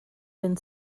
been